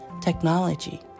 technology